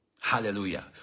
Hallelujah